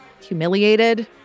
humiliated